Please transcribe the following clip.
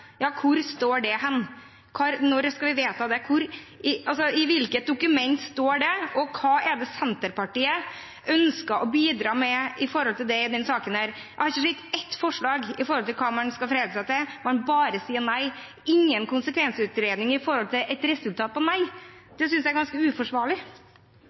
Ja, hvor står det? Når skal vi vedta det? I hvilket dokument står det, og hva er det Senterpartiet ønsker å bidra med når det gjelder det i denne saken? Jeg har ikke sett ett forslag som gjelder hva man skal forholde seg til, man bare sier nei, ingen konsekvensutredning når det gjelder et nei-resultat. Det synes jeg er ganske uforsvarlig. Så har jeg lyst til